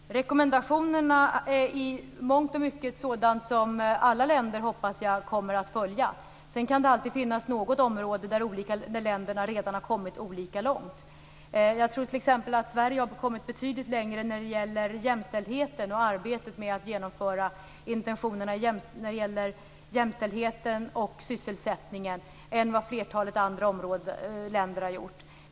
Fru talman! Rekommendationerna är i mångt och mycket sådant som jag hoppas att alla länder kommer att följa. Sedan kan det alltid finnas något område där länderna redan har kommit olika långt. Jag tror t.ex. att Sverige har kommit betydligt längre när det gäller jämställdhet och arbetet med att genomföra intentionerna för jämställdheten och sysselsättningen än vad flertalet andra länder har gjort.